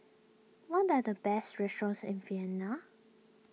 what are the best restaurants in Vienna